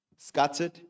Scattered